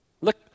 Look